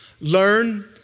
Learn